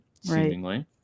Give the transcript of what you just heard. seemingly